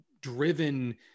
driven